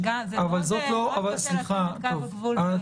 אבל לא הייתה אפשרות מבחינתו לקיים את הדיון,